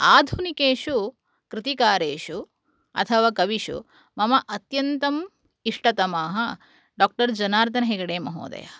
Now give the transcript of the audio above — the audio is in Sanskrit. आधुनिकेषु कृतिकारेषु अथवा कविषु मम अत्यन्तम् इष्टतमाः डाक्टर् जनार्दन् हेगडे महोदयः